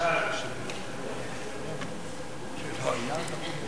ההצעה להעביר את הנושא לוועדת החוקה,